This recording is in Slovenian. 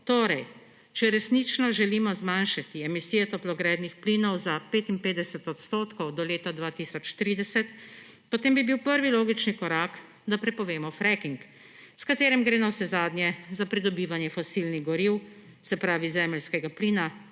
Torej če resnično želimo zmanjšati emisije toplogrednih plinov za 55 % do leta 2030, potem bi bil prvi logični korak, da prepovemo fracking, pri katerem gre navsezadnje za pridobivanje fosilnih goriv, se pravi zemeljskega plina,